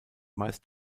meist